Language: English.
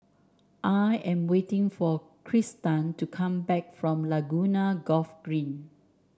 I am waiting for Kristan to come back from Laguna Golf Green